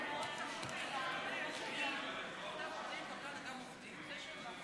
הזכות להיעדר מהעבודה בשל צורך רפואי בתקופת ההיריון ללא ניכוי מהשכר),